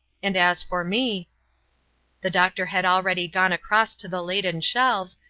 and as for me the doctor had already gone across to the laden shelves,